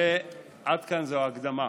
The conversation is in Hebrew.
עד כאן זו ההקדמה.